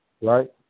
right